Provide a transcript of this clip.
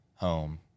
home